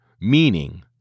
meaning